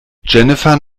jennifer